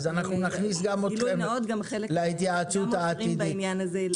אז נכניס אתכם להתייעצות העתידית.